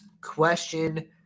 question